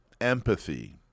empathy